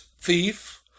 Thief